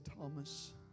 Thomas